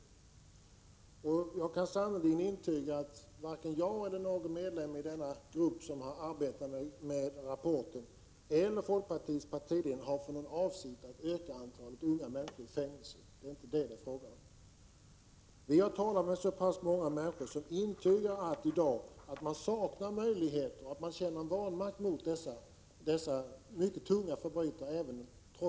Jag kan sannerligen intyga att varken jag, någon medlem i den grupp som har arbetat med rapporten eller någon i folkpartiledningen har för avsikt att öka antalet unga människor i fängelse — det är det inte fråga om. Vi har emellertid talat med många människor som intygar att de saknar möjligheter och känner vanmakt inför dessa unga men ändå mycket tunga förbrytare.